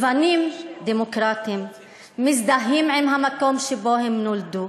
לבנים דמוקרטים מזדהים עם המקום שבו הם נולדו,